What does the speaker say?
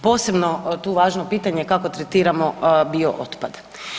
Posebno je tu važno pitanje kako tretiramo biootpad.